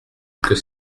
que